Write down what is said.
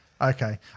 Okay